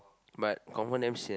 but confirm damn sian